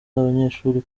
abanyeshuri